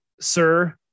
sir